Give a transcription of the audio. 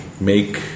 make